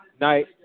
night